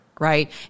Right